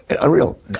unreal